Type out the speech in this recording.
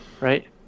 right